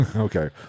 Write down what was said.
Okay